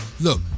Look